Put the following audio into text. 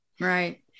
Right